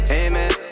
amen